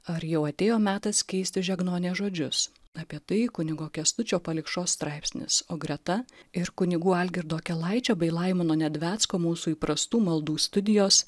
ar jau atėjo metas keisti žegnonės žodžius apie tai kunigo kęstučio palikšos straipsnis o greta ir kunigų algirdo akelaičio bei laimono nedvecko mūsų įprastų maldų studijos